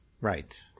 right